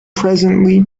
presently